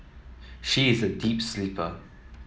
she is a deep sleeper